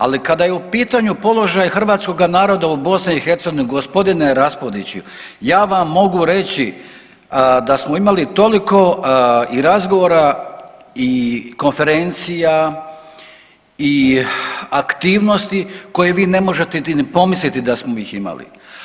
Ali kada je u pitanju položaj hrvatskoga naroda u BiH gospodine Raspudiću ja vam mogu reći da smo imali toliko i razgovora i konferencija i aktivnosti koje vi ne možete niti pomisliti da smo ih imali.